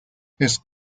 his